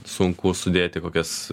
sunku sudėti kokias